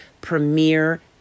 premiere